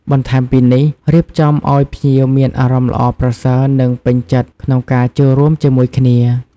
បន្ថែមពីនេះ រៀបចំអោយភ្ញៀវមានអារម្មណ៍ល្អប្រសើរ និងពេញចិត្តក្នុងការចូលរួមជាមួយគ្នា។